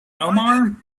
omar